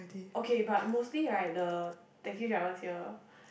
okay but mostly right the taxi drivers here